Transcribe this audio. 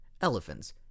Elephants